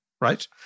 right